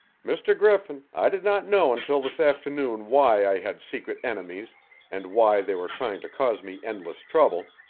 mr. griffin, i did not know until this afternoon why i had secret enemies and why they were trying to cause me endless trouble.